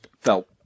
felt